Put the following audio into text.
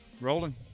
Rolling